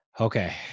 Okay